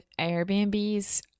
Airbnbs